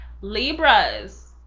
Libras